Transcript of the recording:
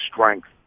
strength